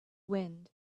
wind